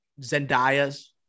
Zendaya's